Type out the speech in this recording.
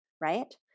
right